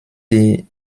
die